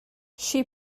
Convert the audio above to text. she